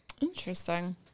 Interesting